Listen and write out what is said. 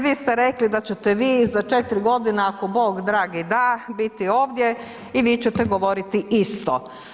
Vi ste rekli da ćete vi za 4 godine, ako Bog dragi da, biti ovdje i vi ćete govoriti isto.